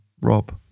Rob